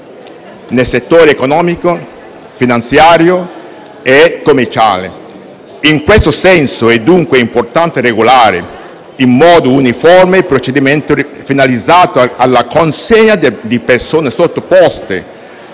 nel settore economico, finanziario e commerciale. In questo senso, è dunque importante regolare in modo uniforme i procedimenti finalizzati alla consegna di persone sottoposte